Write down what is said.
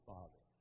Father